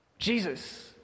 Jesus